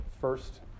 first